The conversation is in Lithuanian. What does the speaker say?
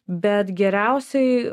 bet geriausiai